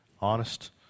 honest